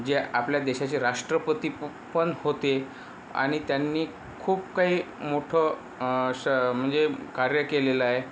जे आपल्या देशाचे राष्ट्रपती प पण होते आणि त्यांनी खूप काही मोठं श म्हणजे कार्य केलेलं आहे